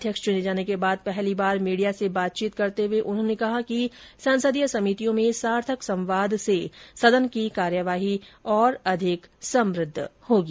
अध्यक्ष चुने जाने के बाद पहली बार मीडिया से बातचीत करते हुए उन्होंने कहा कि संसदीय समितियों में सार्थक संवाद से सदन की कार्यवाही और अधिक समृद्ध होगी